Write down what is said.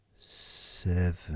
seven